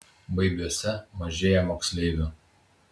baibiuose mažėja moksleivių